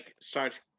starts